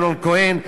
אמנון כהן,